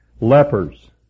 lepers